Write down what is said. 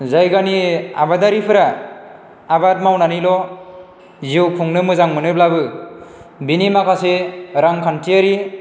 जायगानि आबादारिफोरा आबाद मावनानैल' जिउ खुंनो मोजां मोनोब्लाबो बेनि माखासे रां खान्थियारि